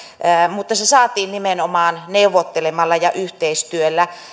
mutta se saatiin nimenomaan neuvottelemalla ja yhteistyöllä